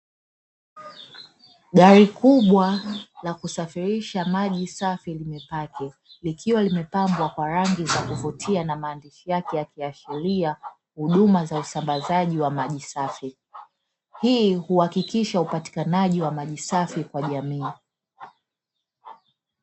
Gari kubwa la kusafirisha maji safi limepaki likiwa limepambwa kwa rangi za kuvutia na maandishi yake yakiashiria huduma za usambazaji wa maji safi. Hii huhakikisha upatikanaji wa maji safi kwa jamii.